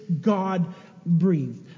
God-breathed